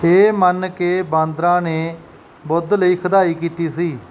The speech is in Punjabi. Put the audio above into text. ਇਹ ਮੰਨ ਕੇ ਬਾਂਦਰਾਂ ਨੇ ਬੁੱਧ ਲਈ ਖੁਦਾਈ ਕੀਤੀ ਸੀ